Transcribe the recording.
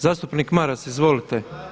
Zastupnik Maras, izvolite.